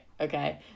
Okay